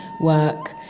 work